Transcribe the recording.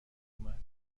اومد